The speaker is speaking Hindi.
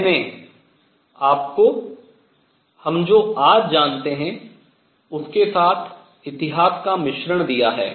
मैंने आपको हम जो आज जानते हैं उसके साथ इतिहास का मिश्रण दिया है